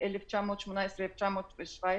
ב-1918-1917,